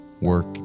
Work